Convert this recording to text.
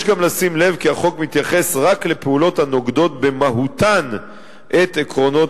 יש גם לשים לב כי החוק מתייחס רק לפעולות הנוגדות במהותן את עקרונות